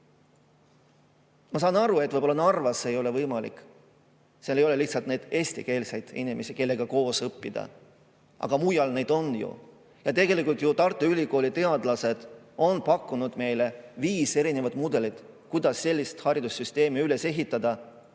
Ma saan aru, et võib-olla Narvas see ei ole võimalik, seal ei ole lihtsalt neid eestikeelseid inimesi, kellega koos õppida. Aga mujal neid ju on. Tegelikult on Tartu Ülikooli teadlased pakkunud meile viis erinevat mudelit, kuidas sellist haridussüsteemi üles ehitada.